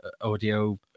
Audio